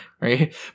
right